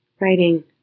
Writing